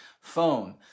phone